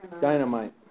Dynamite